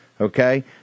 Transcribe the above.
Okay